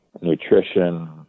nutrition